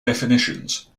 definitions